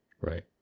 Right